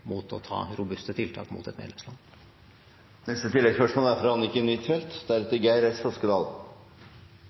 mot å ta robuste tiltak mot et medlemsland. Anniken Huitfeldt – til oppfølgingsspørsmål. Vi er